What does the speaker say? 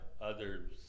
others